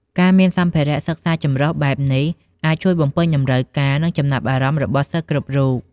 ការមានសម្ភារៈសិក្សាចម្រុះបែបនេះ អាចជួយបំពេញតម្រូវការ និងចំណាប់អារម្មណ៍របស់សិស្សគ្រប់រូប។